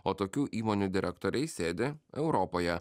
o tokių įmonių direktoriai sėdi europoje